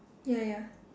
ya ya